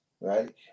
right